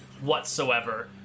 whatsoever